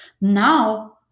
Now